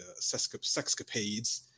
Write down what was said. sexcapades